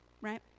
right